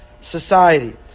society